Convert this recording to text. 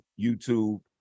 YouTube